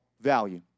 value